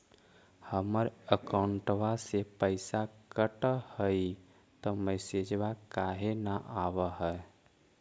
हमर अकौंटवा से पैसा कट हई त मैसेजवा काहे न आव है?